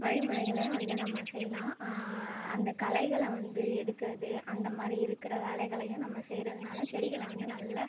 வழிமுறைகளையும் வந்து நம்ம செய்யலாம் அந்த களைகளை வந்து எடுக்கிறது அந்த மாதிரி இருக்கிற வேலைகளையும் நம்ம செய்கிறதுனால செடிகளை வந்து நல்ல